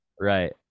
Right